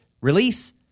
release